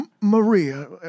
Maria